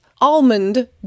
Almond